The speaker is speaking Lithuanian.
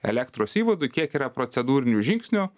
elektros įvadui kiek yra procedūrinių žingsnių